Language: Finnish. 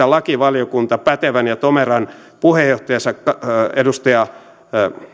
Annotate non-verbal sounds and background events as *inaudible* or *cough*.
*unintelligible* lakivaliokunta pätevän ja tomeran puheenjohtajansa edustaja